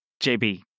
JB